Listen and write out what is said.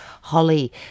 Holly